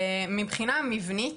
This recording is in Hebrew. מבחינה מבנית,